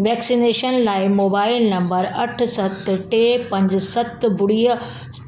vaccination लाइ mobile number अठ सत टे पंज सत ॿुड़ीअ